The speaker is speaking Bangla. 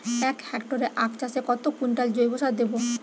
এক হেক্টরে আখ চাষে কত কুইন্টাল জৈবসার দেবো?